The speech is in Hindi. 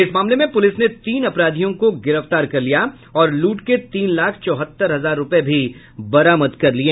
इस मामले में पुलिस ने तीन अपराधियों को गिरफ्तार किया और लूट के तीन लाख चौहत्तर हजार रूपये भी बरामद कर लिये